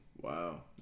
Wow